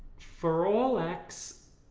for all x,